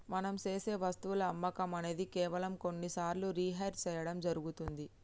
మనం సేసె వస్తువుల అమ్మకం అనేది కేవలం కొన్ని సార్లు రిహైర్ సేయడం జరుగుతుంది